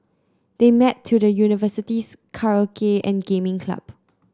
they met through the University's karaoke and gaming club